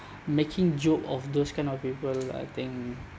making joke of those kind of people I think